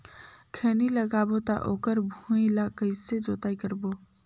खैनी लगाबो ता ओकर भुईं ला कइसे जोताई करबो?